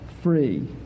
free